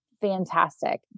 fantastic